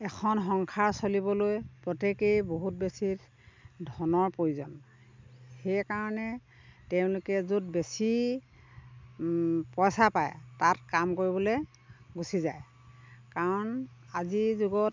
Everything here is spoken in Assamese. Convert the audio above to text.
এখন সংসাৰ চলিবলৈ প্ৰত্যেকেই বহুত বেছি ধনৰ প্ৰয়োজন সেইকাৰণে তেওঁলোকে য'ত বেছি পইচা পায় তাত কাম কৰিবলৈ গুচি যায় কাৰণ আজিৰ যুগত